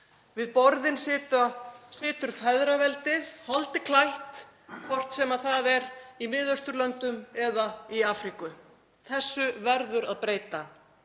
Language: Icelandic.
Við borðin situr feðraveldið holdi klætt, hvort sem það er í Miðausturlöndum eða í Afríku. Þessu verður að breyta.